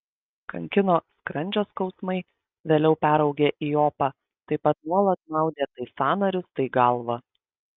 kankino skrandžio skausmai vėliau peraugę į opą taip pat nuolat maudė tai sąnarius tai galvą